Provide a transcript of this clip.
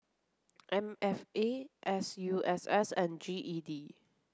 M F A S U S S and G E D